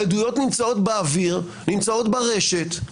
העדויות נמצאות באוויר, נמצאות ברשת.